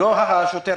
לא השוטר,